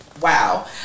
Wow